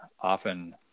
often